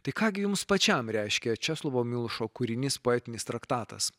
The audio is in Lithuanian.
tai ką gi jums pačiam reiškia česlovo milošo kūrinys poetinis traktatas